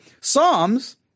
Psalms